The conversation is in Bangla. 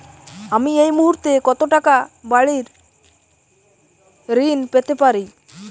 আমি এই মুহূর্তে কত টাকা বাড়ীর ঋণ পেতে পারি?